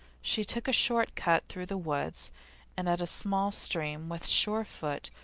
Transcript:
she took a short cut through the woods and at a small stream, with sure foot,